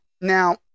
Now